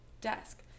desk